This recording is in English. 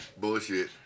Bullshit